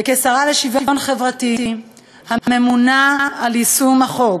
כשרה לשוויון חברתי, הממונה על יישום החוק,